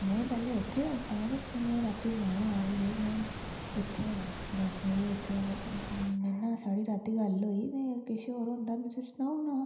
में पैहलें उत्थै गै हा तां गे तुसेंगी राती सनाया हा में उत्थै हा साढ़ी राती गल होई ते किश होर उंदा ते में तुसेंगी सनाई ओड़ना हा